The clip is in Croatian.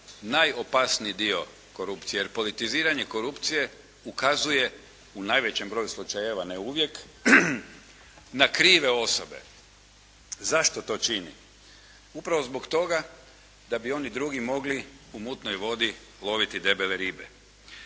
najopasniji dio korupcije, jer politiziranje korupcije ukazuje u najvećem broju slučajeva, ne uvijek, na krive osobe. Zašto to čini? Upravo zbog toga da bi oni drugi mogli u mutnoj vodi loviti debele ribe.